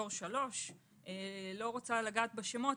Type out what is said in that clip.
דור 3. אני לא רוצה לגעת בשמות,